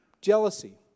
Jealousy